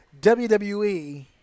WWE